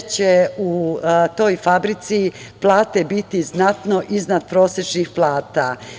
U toj fabrici će plate biti znatno iznad prosečnih plata.